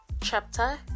chapter